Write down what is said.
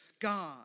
God